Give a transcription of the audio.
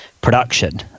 production